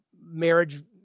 marriage